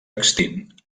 extint